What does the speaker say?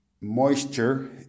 moisture